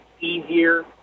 easier